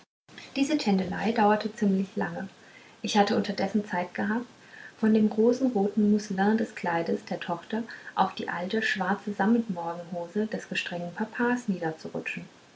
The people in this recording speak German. diese tändelei dauerte ziemlich lange ich hatte unterdessen zeit gehabt von dem rosenroten musselin des kleides der tochter auf die alte schwarze sammet morgenhose des gestrengen papas